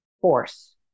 force